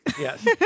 Yes